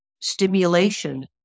stimulation